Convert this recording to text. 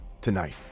tonight